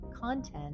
content